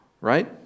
Right